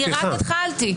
רק התחלתי.